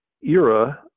era